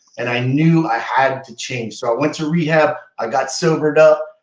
and i knew i had to change so i went to rehab. i got sobered up,